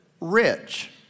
rich